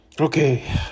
Okay